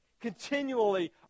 Continually